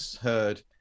heard